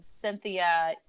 Cynthia